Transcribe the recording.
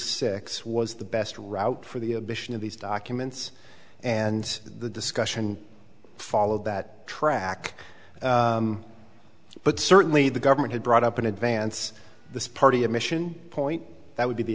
six was the best route for the admission of these documents and the discussion followed that track but certainly the government had brought up in advance this party admission point that would be the